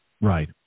right